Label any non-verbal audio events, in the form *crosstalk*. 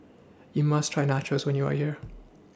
*noise* YOU must Try Nachos when YOU Are here